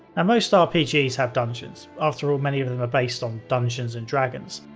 and most rpgs have dungeons, after all many of them are based on dungeons and dragons.